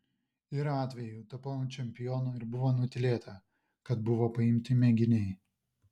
yra atvejų tapau čempionu ir buvo nutylėta kad buvo paimti mėginiai